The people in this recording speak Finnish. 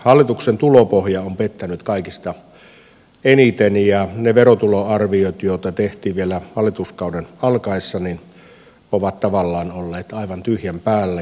hallituksen tulopohja on pettänyt kaikista eniten ja ne verotuloarviot joita tehtiin vielä hallituskauden alkaessa ovat tavallaan olleet aivan tyhjän päällä